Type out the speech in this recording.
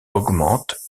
augmente